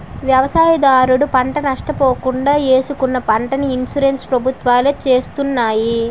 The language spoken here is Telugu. వ్యవసాయదారుడు పంట నష్ట పోకుండా ఏసుకున్న పంటకి ఇన్సూరెన్స్ ప్రభుత్వాలే చేస్తున్నాయి